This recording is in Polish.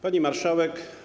Pani Marszałek!